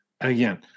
Again